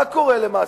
מה קורה למעשה?